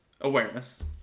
awareness